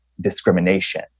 discrimination